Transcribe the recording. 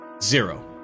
Zero